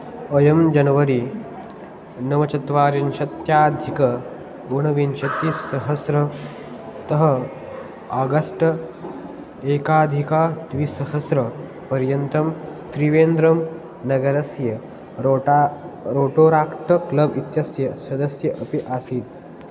अयं जनवरी नवचत्वारिंशत्यधिक ऊनविंशतिसहस्रतः आगस्ट् एकाधिकद्विसहस्रपर्यन्तं त्रिवेन्द्रं नगरस्य रोटा रोटोराक्ट् क्लब् इत्यस्य सदस्य अपि आसीत्